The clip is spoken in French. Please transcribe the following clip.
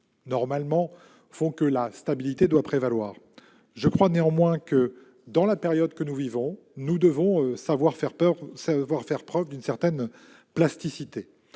qui font que la stabilité doit prévaloir. Je crois néanmoins que, dans la période que nous vivons, nous devons savoir faire preuve d'une certaine plasticité.